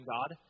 God